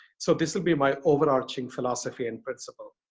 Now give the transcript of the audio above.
so this would be my overarching philosophy and principle.